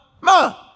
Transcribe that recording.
ma